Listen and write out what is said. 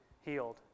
healed